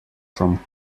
from